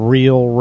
Real